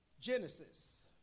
Genesis